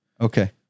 Okay